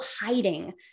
hiding